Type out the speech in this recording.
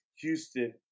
Houston